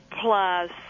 plus